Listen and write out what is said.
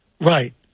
Right